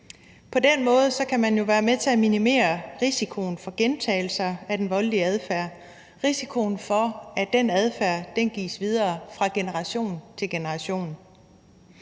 På den måde kan man jo være med til at minimere risikoen for gentagelser af den voldelige adfærd; risikoen for, at den adfærd gives videre fra generation til generation.